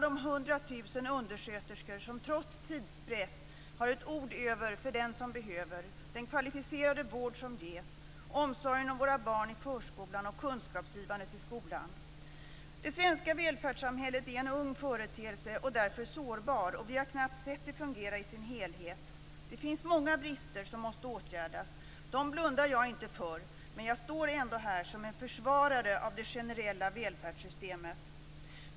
100 000 undersköterskor har, trots tidspress, ett ord över för den som behöver. Kvalificerad vård ges, våra barn ges omsorg i förskolan och kunskaper i skolan. Det svenska välfärdssamhället är en ung företeelse och är därför sårbar. Vi har knappt sett det fungera i sin helhet. Det finns många brister som måste åtgärdas. Dem blundar jag inte för, men jag står ändå här som en försvarare av det generella välfärdssystemet.